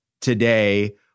today